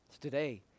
Today